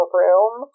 room